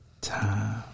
Time